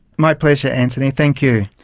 my pleasure antony, thank you.